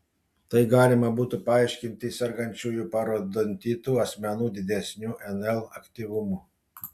tai galima būtų paaiškinti sergančiųjų parodontitu asmenų didesniu nl aktyvumu